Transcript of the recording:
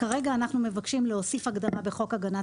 כרגע אנחנו מבקשים להוסיף הגדרה בחוק הגנת